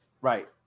Right